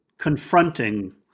confronting